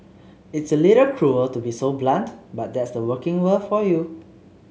it's a little cruel to be so blunt but that's the working world for you